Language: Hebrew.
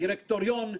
דירקטוריון,